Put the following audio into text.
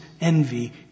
envy